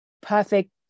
perfect